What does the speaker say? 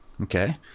okay